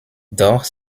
doch